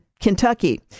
Kentucky